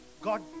God